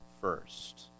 first